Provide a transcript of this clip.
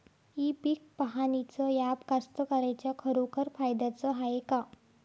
इ पीक पहानीचं ॲप कास्तकाराइच्या खरोखर फायद्याचं हाये का?